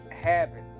habits